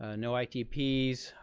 ah no itps.